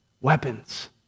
weapons